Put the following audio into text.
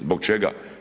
Zbog čega?